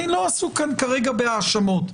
אני לא עסוק כרגע בהאשמות.